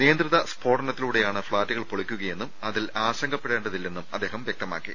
നിയന്ത്രിത സ്ഫോട നത്തിലൂടെയാണ് ഫ്ളാറ്റുകൾ പൊളിക്കുകയെന്നും അതിൽ ആശങ്കപ്പെടേ ണ്ടതില്ലെന്നും അദ്ദേഹം പറഞ്ഞു